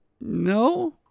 no